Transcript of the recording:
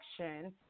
action